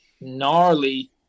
gnarly